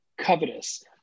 covetous